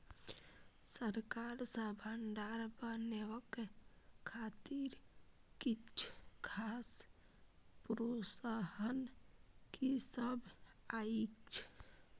सरकार सँ भण्डार बनेवाक खातिर किछ खास प्रोत्साहन कि सब अइछ?